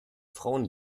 frauen